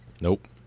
Nope